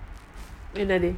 in a day